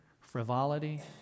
frivolity